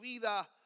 vida